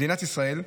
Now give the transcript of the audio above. מדינת ישראל,